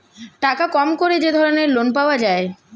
টাকা কম করে যে ধরনের লোন পাওয়া যায়